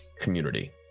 community